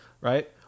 right